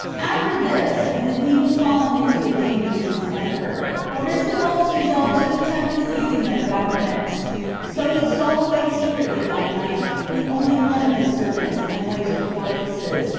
after this, when the queen was fallen into a dangerous distemper, aristobulus resolved to attempt the seizing of the government so he stole away secretly by night, with only one of his servants, and went to the fortresses,